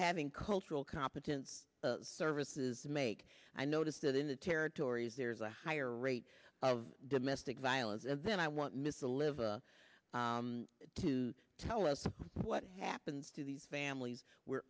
having cultural competence services to make i notice that in the territories there's a higher rate of domestic violence and then i won't miss a live to tell us what happens to these families were